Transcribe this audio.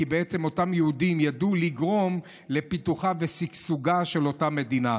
כי אותם יהודים ידעו לגרום לפיתוחה ולשגשוגה של אותה מדינה.